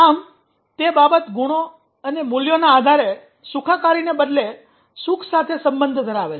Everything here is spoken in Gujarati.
આમ તે બાબત ગુણો અને મૂલ્યોના આધારે સુખાકારીને બદલે સુખ સાથે સંબંધ ધરાવે છે